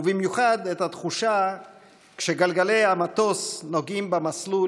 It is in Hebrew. ובמיוחד את התחושה כשגלגלי המטוס נוגעים במסלול